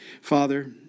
Father